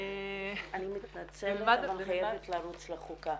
אני מתנצלת, אני חייבת לרוץ לחוקה.